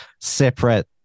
separate